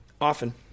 Often